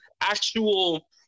actual